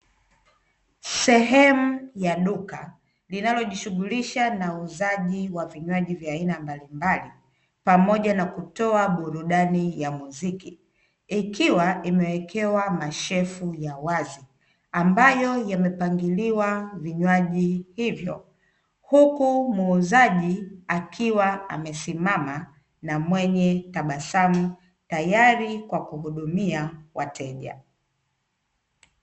Sehemu ya duka linalojishughulisha na uuzaji wa vinywaji vya aina mbalimbali pamoja na kutoa burudani ya muziki, ikiwa imewekewa mashefu ya wazi ambayo yamepangiliwa vinywaji hivyo, huku muuzaji akiwa amesimama na mwenye tabasamu tayari kwa kuhudumia wateja.